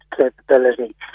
capability